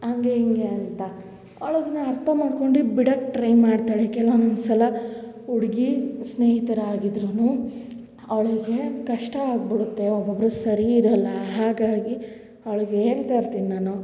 ಹಂಗೆ ಹಿಂಗೆ ಅಂತ ಅವ್ಳು ಅದನ್ನ ಅರ್ಥ ಮಾಡ್ಕೊಂಡು ಬಿಡಕ್ಕೆ ಟ್ರೈ ಮಾಡ್ತಾಳೆ ಕೆಲ್ವು ಒನ್ನೊಂದು ಸಲ ಹುಡ್ಗಿ ಸ್ನೇಹಿತರಾಗಿದ್ದರೂ ಅವಳಿಗೆ ಕಷ್ಟ ಆಗಿಬಿಡತ್ತೆ ಒಬ್ಬೊಬ್ರು ಸರಿ ಇರಲ್ಲ ಹಾಗಾಗಿ ಅವ್ಳಿಗೆ ಹೇಳ್ತಾ ಇರ್ತೀನಿ ನಾನು